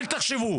אל תחשבו